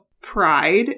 pride